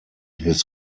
his